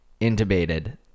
intubated